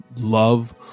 love